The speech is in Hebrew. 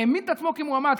העמיד את עצמו כמועמד,